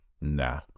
Nah